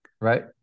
right